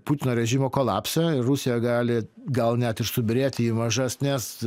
putino režimo kolapsą rusija gali gal net ir subyrėti į mažesnes